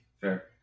Fair